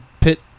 pit